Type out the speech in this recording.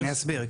אני אסביר,